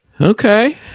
Okay